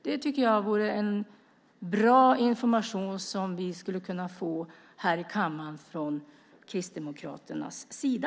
Det tycker jag vore en bra information som vi skulle kunna få här i kammaren från Kristdemokraternas sida.